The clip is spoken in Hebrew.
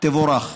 תבורך.